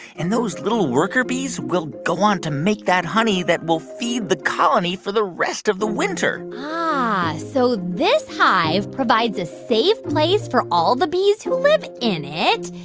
and those little worker bees will go on to make that honey that will feed the colony for the rest of the winter ah, so this hive provides a safe place for all the bees who live in it,